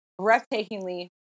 breathtakingly